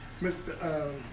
Mr